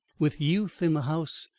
with youth in the house,